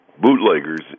bootleggers